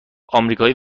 امریکایی